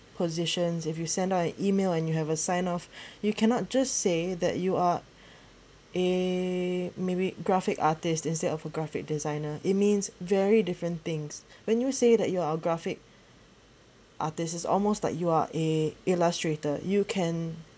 positions if you send out an E mail and you have a sign of you cannot just say that you are a maybe graphic artist instead of a graphic designer it means very different things when you say that you are graphic artist is almost like you are ill~ illustrated you can